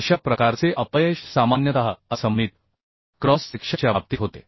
अशा प्रकारचे अपयश सामान्यतः असममित क्रॉस सेक्शनच्या बाबतीत होते